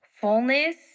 fullness